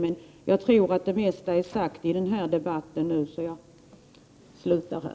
men jag tror att det mesta är sagt i debatten, så jag slutar här.